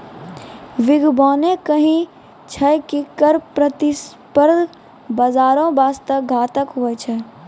बिद्यबाने कही छै की कर प्रतिस्पर्धा बाजारो बासते घातक हुवै छै